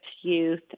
youth